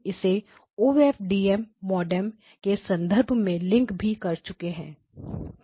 हम इसे O F D M model के संदर्भ में लिंक भी कर चुके हैं